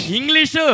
English